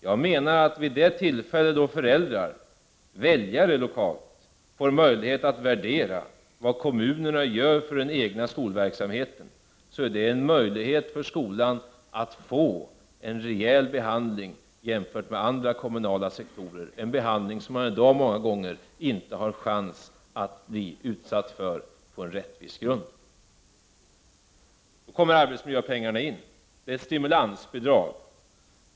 Jag menar att då föräldrar, väljare, lokalt får möjlighet att värdera vad kommunerna gör för den egna skolverksamheten, är det en möjlighet för skolan att få en rejäl behandling jämfört med andra kommunala sektorer, en behandling man i dag många gånger inte har en chans att på en rättvis grund komma i åtnjutande av. Då kommer arbetsmiljöpengarna in. Det är ett stimulansbidrag.